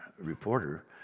reporter